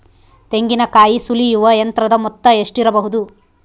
ತೆಂಗಿನಕಾಯಿ ಸುಲಿಯುವ ಯಂತ್ರದ ಮೊತ್ತ ಎಷ್ಟಿರಬಹುದು?